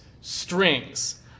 strings